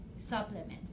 Supplements